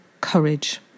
courage